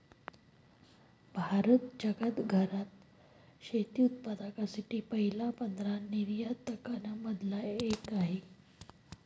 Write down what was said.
भारत जगात घरात शेती उत्पादकांसाठी पहिल्या पंधरा निर्यातकां न मधला एक आहे